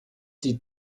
die